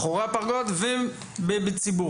גם מאחורי הפרגוד וגם בציבור,